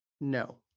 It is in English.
No